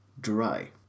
dry